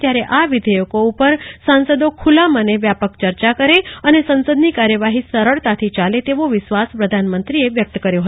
ત્યારે આ વિધેયકો ઉપર સાંસદો ખુલ્લા મને વ્યાપક ચર્ચા કરે અને સંસદની કાર્યવાહી સરળતાથી ચાલશે તેવો વિશ્વાસ પ્રધાનમંત્રી વ્યક્ત કર્યો હતો